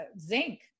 zinc